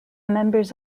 members